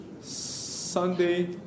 Sunday